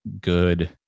good